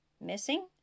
Missing